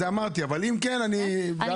אבל אם כן --- ינון,